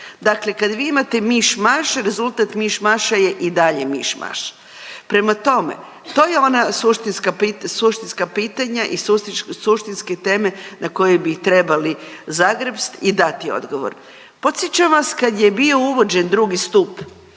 Dakle kad vi imate miš maš rezultat miš maša je i dalje miš maš. Prema tome, to je ona suštinska pitanja i suštinske teme na koje bi trebali zagrepst i dati odgovor. Podsjećam vas kad je bio uvođen 2. stup